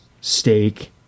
steak